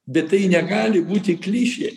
bet tai negali būti klišė